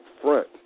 front